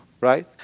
Right